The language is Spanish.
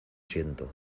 siento